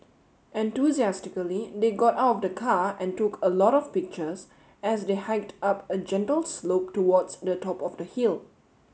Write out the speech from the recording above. enthusiastically they got out the car and took a lot of pictures as they hiked up a gentle slope towards the top of the hill